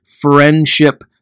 friendship